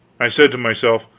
i said to myself,